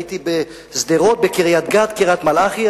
הייתי בשדרות, בקריית-גת, בקריית-מלאכי.